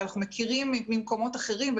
אנחנו מכירים ממקומות אחרים,